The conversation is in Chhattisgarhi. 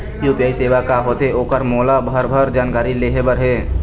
यू.पी.आई सेवा का होथे ओकर मोला भरभर जानकारी लेहे बर हे?